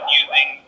using